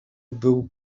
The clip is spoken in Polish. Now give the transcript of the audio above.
był